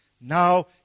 Now